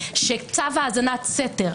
שצו האזנת סתר,